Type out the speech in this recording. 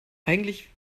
eigentlich